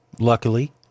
Luckily